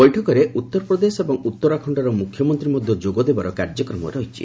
ବୈଠକରେ ଉତ୍ତରପ୍ରଦେଶ ଏବଂ ଉତ୍ତରାଖଣ୍ଡର ମୁଖ୍ୟମନ୍ତ୍ରୀ ମଧ୍ୟ ଯୋଗଦେବାର କାର୍ଯ୍ୟକ୍ରମ ରହିଛି